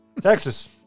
Texas